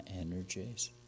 energies